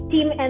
Team